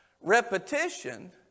Repetition